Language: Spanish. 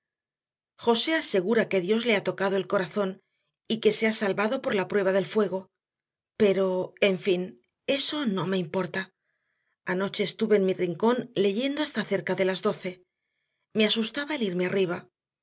josé asegura que dios le ha tocado el corazón y que se ha salvado por la prueba del fuego pero en fin eso no me importa anoche estuve en mi rincón leyendo hasta cerca de las doce me asustaba el irme arriba